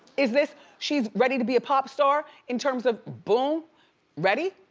is this, she's ready to be a pop star in terms of but um ready?